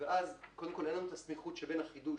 ואז אין לנו את הסמיכות בין החידוש